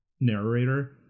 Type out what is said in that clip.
narrator